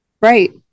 Right